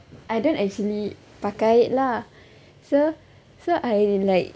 I don't actually pakai it lah so so I like